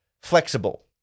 flexible